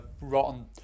rotten